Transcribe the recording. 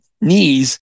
knees